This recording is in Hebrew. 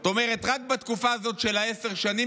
זאת אומרת רק בתקופה הזאת של עשר השנים,